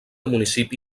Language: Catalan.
municipi